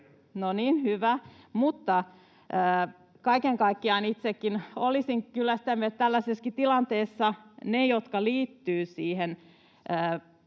No niin, hyvä. — Kaiken kaikkiaan itsekin olisin kyllä sitä mieltä, että tällaisessa tilanteessa ne lakialoitteet, jotka liittyvät siihen